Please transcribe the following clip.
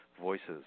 voices